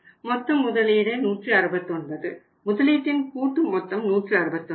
மொத்த முதலீடு 169 முதலீட்டின் கூட்டு மொத்தம் 169